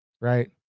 right